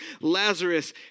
Lazarus